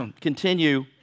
continue